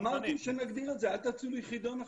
אמרתי שנגדיר את זה, אל תעשו לי חידון עכשיו.